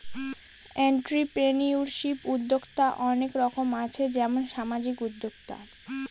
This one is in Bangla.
এন্ট্রিপ্রেনিউরশিপ উদ্যক্তা অনেক রকম আছে যেমন সামাজিক উদ্যোক্তা